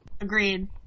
Agreed